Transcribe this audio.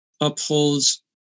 upholds